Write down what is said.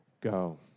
go